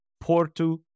Porto